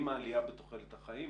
עם העלייה בתוחלת החיים,